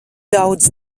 daudz